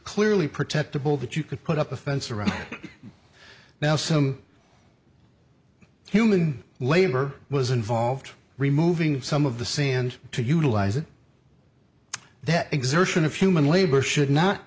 clearly protectable that you could put up a fence around it now some human labor was involved removing some of the sand to utilize it that exertion of human labor should not